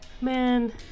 Man